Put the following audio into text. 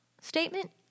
statement